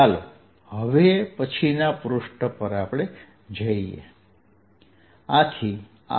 ચાલો હવે પછીનાં પૃષ્ઠ પર જઈએ